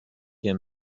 year